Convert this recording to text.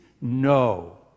No